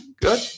good